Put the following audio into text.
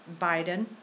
Biden